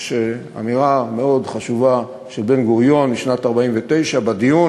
יש אמירה מאוד חשובה של בן-גוריון משנת 1949 בדיון,